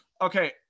Okay